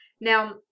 now